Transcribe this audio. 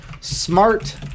smart